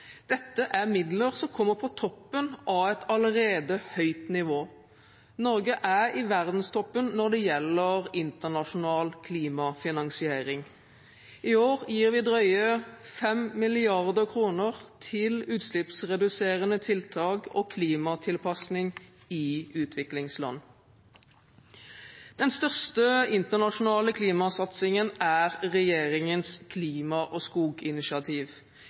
Dette er midler som kommer på toppen av et allerede høyt nivå. Norge er i verdenstoppen når det gjelder internasjonal klimafinansiering. I år gir vi drøye 5 mrd. kr til utslippsreduserende tiltak og klimatilpasning i utviklingsland. Den største internasjonale klimasatsingen er regjeringens klima- og skoginitiativ.